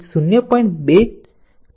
256 joule મળશે